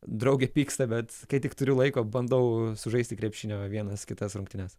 draugė pyksta bet kai tik turiu laiko bandau sužaisti krepšinio vienas kitas rungtynes